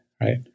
right